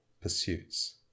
pursuits